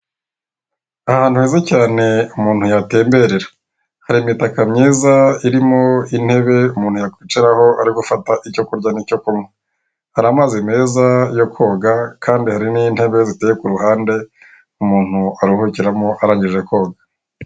Ahantu heza cyane umuntu yatemberera, hari imitaka myiza irimo intebe umuntu yakwicaraho ari gufata icyo kurya n'icyo kunywa, hari amazi meza yo koga, kandi hari n'intebe ziteye ku ruhande umuntu aruhukiramo arangije koga.